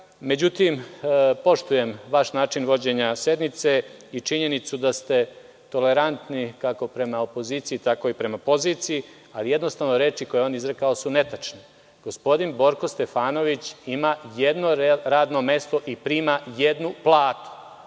Međutim, poštujem vaš način vođenja sednice i činjenicu da ste tolerantni kako prema opoziciji, tako prema poziciji, ali jednostavno reči koje je on izrekao su netačne. Gospodin Borko Stefanović ima jedno radno mesto i prima jednu